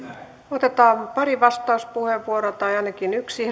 otetaan pari vastauspuheenvuoroa tai ainakin yksi